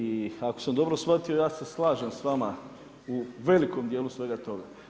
I ako sam dobro shvatio ja se slažem s vama u velikom dijelu svega toga.